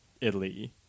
Italy